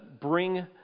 bring